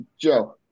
Joe